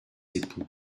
époux